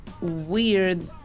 weird